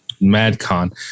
Madcon